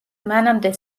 მანამდე